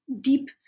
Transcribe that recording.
deep